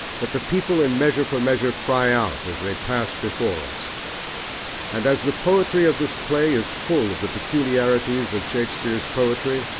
that the people in measure for measure cry out as they pass before us and as the poetry of this play is full of the peculiarities of shakespeare's poetry,